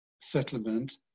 settlement